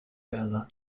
bella